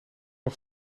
nog